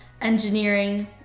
engineering